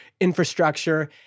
infrastructure